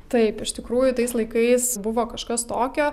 taip iš tikrųjų tais laikais buvo kažkas tokio